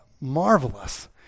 marvelous